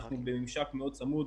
אנחנו בממשק מאוד צמוד.